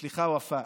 סליחה, ופאא,